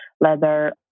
leather